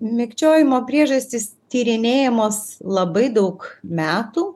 mikčiojimo priežastys tyrinėjamos labai daug metų